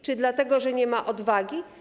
Czy dlatego, że nie ma odwagi?